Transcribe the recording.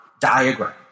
diagram